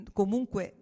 comunque